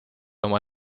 oma